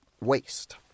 waste